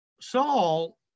Saul